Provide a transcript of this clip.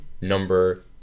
number